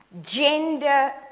gender